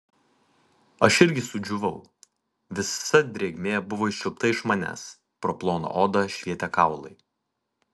aš irgi sudžiūvau visa drėgmė buvo iščiulpta iš manęs pro ploną odą švietė kaulai